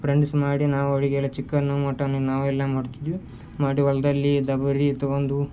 friends ಮಾಡಿ ನಾವು ಅಡುಗೆಯೆಲ್ಲ ಚಿಕ್ಕನ್ನು ಮಟನ್ನು ನಾವೆಲ್ಲ ಮಾಡ್ತಿದ್ವಿ ಮಾಡಿ ಹೊಲ್ದಲ್ಲೀ ಡಬರಿ ತಗೊಂಡು